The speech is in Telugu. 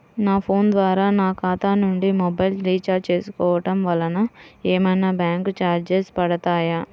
నా ఫోన్ ద్వారా నా ఖాతా నుండి మొబైల్ రీఛార్జ్ చేసుకోవటం వలన ఏమైనా బ్యాంకు చార్జెస్ పడతాయా?